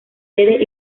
sedes